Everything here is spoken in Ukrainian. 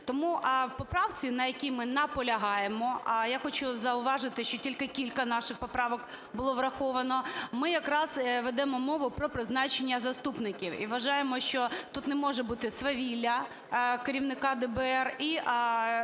Тому в поправці, на якій ми наполягаємо, – я хочу зауважити, що тільки кілька наших поправок було враховано, – ми якраз ведемо мову про призначення заступників. І вважаємо, що тут не може бути свавілля керівника ДБР і ці питання